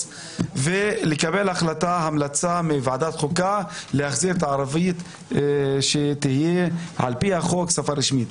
לקבל המלצה מוועדת חוקה להחזיר את הערבית לשפה רשמית על פי חוק.